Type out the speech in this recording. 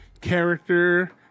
character